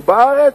ובארץ,